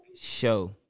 show